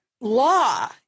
law